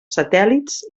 satèl·lits